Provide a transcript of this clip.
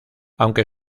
aunque